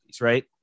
right